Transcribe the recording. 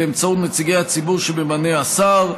באמצעות נציגי הציבור שממנה השר.